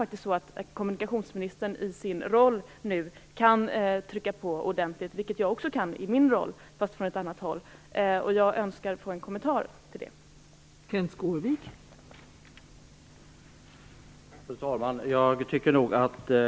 Kommunikationsministern kan faktiskt i sin roll trycka på ordentligt nu, vilket jag också kan i min roll, men från ett annat håll. Jag önskar få en kommentar till detta.